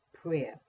prayer